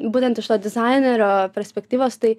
būtent iš to dizainerio perspektyvos tai